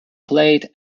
played